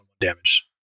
damage